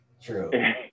True